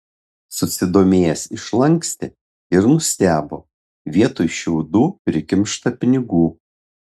susidomėjęs išlankstė ir nustebo vietoj šiaudų prikimšta pinigų